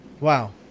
Wow